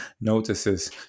notices